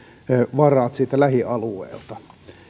varat lähialueelta